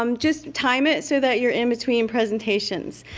um just time it so that you're in-between presentations.